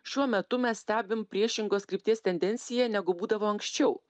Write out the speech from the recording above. šiuo metu mes stebim priešingos krypties tendenciją negu būdavo anksčiau